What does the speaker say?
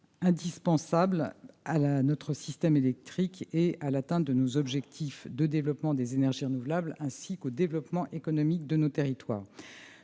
indispensable à notre système électrique, à l'atteinte de nos objectifs de développement des énergies renouvelables et au développement économique de nos territoires.